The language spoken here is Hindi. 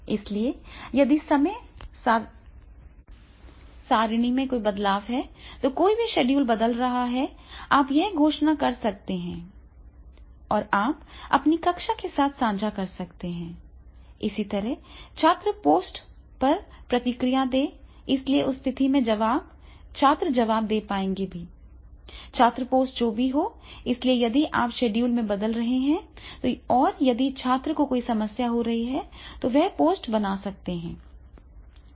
इसलिए यदि समय सारिणी में कोई बदलाव है तो कोई भी शेड्यूल बदल रहा है आप यहां घोषणा कर सकते हैं और आप अपनी कक्षा के साथ साझा कर सकते हैं इसी तरह छात्र पोस्ट पर प्रतिक्रिया दें इसलिए उस स्थिति में छात्र जवाब दे पाएंगे भी छात्र पोस्ट जो भी हो इसलिए यदि आप शेड्यूल को बदल रहे हैं और यदि छात्र को कोई समस्या हो रही है तो वह वहाँ पोस्ट बना सकता है